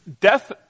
death